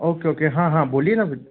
okay okay हाँ हाँ बोलिए ना फिर